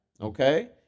okay